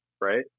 right